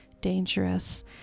dangerous